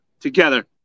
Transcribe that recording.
together